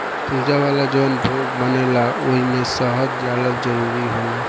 पूजा वाला जवन भोग बनेला ओइमे शहद डालल जरूरी होला